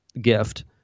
gift